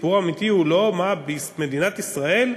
הסיפור האמיתי הוא לא איך מדינת ישראל,